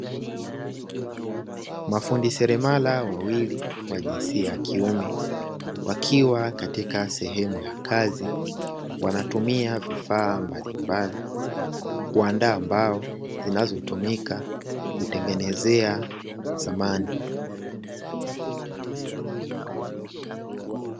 Mafundi seremala wawili wa jinsia ya kiume wakiwa katika sehemu ya kazi wanatumia vifaa mbalimbali kuandaa mbao, zinazotumika kutengenezea samani.